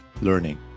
learning